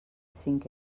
cinc